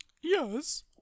Yes